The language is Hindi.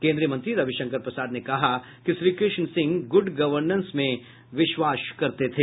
केन्द्रीय मंत्री रविशंकर प्रसाद ने कहा कि श्रीकृष्ण सिंह गुड गवर्नेंस में विश्वास करते थे